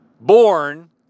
Born